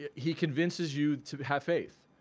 yeah he convinces you to have faith,